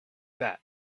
that